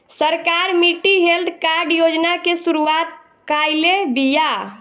सरकार मिट्टी health card योजना के शुरूआत काइले बिआ